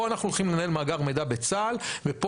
פה אנחנו הולכים לנהל מאגר מידע בצה"ל ופה